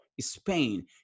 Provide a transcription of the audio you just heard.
Spain